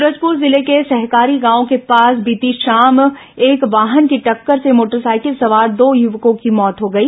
सूरजपुर जिले के सरहरी गांव के पास बीती शाम एक वाहन की टक्कर से मोटरसाइकिल सवार दो यूवकों की मौत हो गई